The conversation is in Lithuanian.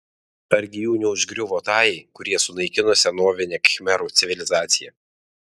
argi jų neužgriuvo tajai kurie sunaikino senovinę khmerų civilizaciją